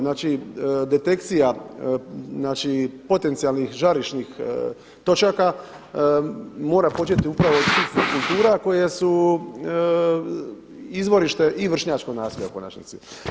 Znači detekcija, znači potencijalnih žarišnih točaka mora početi upravo iz tih supkultura koje su izvorište i vršnjačkog nasilja u konačnici.